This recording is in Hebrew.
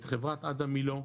את חברת אדם מילא,